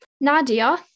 Nadia